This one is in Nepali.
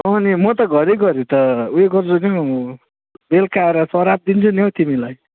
अँ नि म त घरिघरि त उयो गरिदिन्छु बेलुका आएर सराप दिन्छु नि हौ तिमीलाई